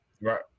Right